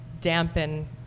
dampen